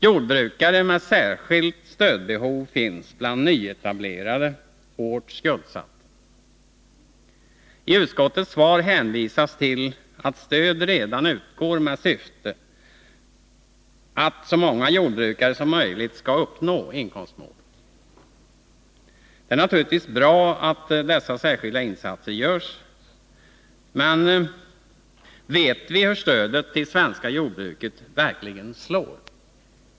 Jordbrukare med särskilt stödbehov finns bland nyetablerade, hårt skuldsatta. I utskottets svar hänvisas till att stöd redan utgår med syfte att så många jordbrukare som möjligt skall uppnå inkomstmålet. Det är naturligtvis bra att dessa särskilda insatser görs, men vet vi hur stödet till det svenska jordbruket verkligen slår?